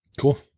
Cool